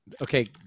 Okay